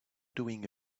doing